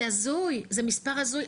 זה הזוי, זה מספר הזוי.